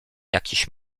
jakiś